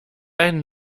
einen